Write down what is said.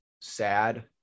sad